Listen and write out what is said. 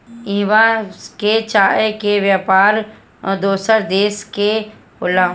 इहवां के चाय के व्यापार दोसर देश ले होला